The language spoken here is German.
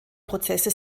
prozesse